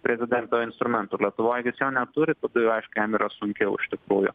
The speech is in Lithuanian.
prezidento instrumentų lietuvoj jis jo neturi tada jau aišku jam yra sunkiau iš tikrųjų